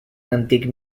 antic